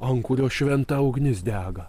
ant kurio šventa ugnis dega